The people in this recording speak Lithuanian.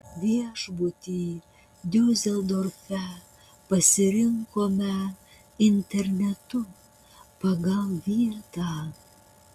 viešbutį diuseldorfe pasirinkome internetu pagal vietą